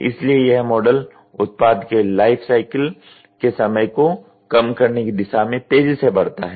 इसलिए यह मॉडल उत्पाद के लाइफ साइकिल के समय को कम करने की दिशा में तेजी से बढ़ता है